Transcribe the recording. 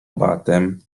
batem